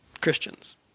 Christians